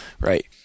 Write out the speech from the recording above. right